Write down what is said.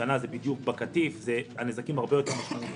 השנה זה בדיוק בקטיף ולכן הנזקים הרבה יותר משמעותיים.